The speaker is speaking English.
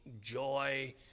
joy